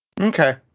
Okay